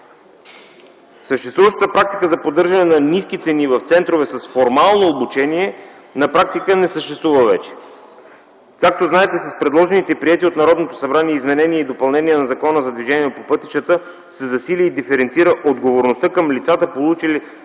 Съществуващата практика за поддържане на ниски цени в центрове с формално обучение не съществува вече. Както знаете, с предложените и приети от Народното събрание изменения и допълнения на Закона за движение по пътищата се засили и диференцира отговорността към лицата, получили